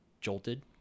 jolted